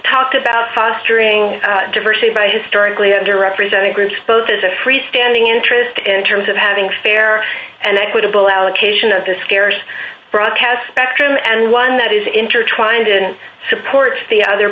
about fostering diversity by historically under represented bridge both as a freestanding interest in terms of having fair and equitable allocation of the scarce broadcast spectrum and one that is intertwined in support the other